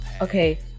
Okay